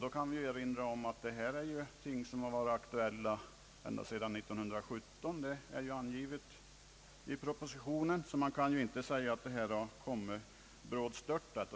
Jag kan erinra om att dessa ting har varit aktuella ända sedan 1917, vilket också är angivet i propositionen. Man kan därför inte påstå att detta lagförslag har kommit brådstörtat.